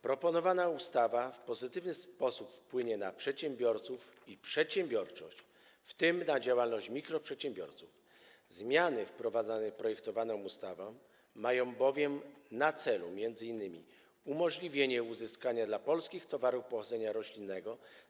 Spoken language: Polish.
Proponowana ustawa w pozytywny sposób wpłynie na przedsiębiorców i przedsiębiorczość, w tym na działalność mikroprzedsiębiorców, zmiany wprowadzane projektowaną ustawą mają bowiem na celu m.in. umożliwienie uzyskania dostępu do nowych rynków zbytu dla polskich towarów pochodzenia roślinnego.